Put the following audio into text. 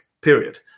period